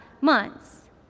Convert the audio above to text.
months